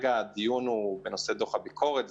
כרגע הדיון הוא בנושא דוח הביקורת,